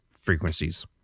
frequencies